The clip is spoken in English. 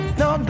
no